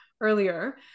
earlier